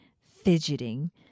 Fidgeting